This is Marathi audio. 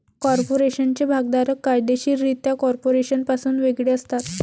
कॉर्पोरेशनचे भागधारक कायदेशीररित्या कॉर्पोरेशनपासून वेगळे असतात